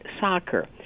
soccer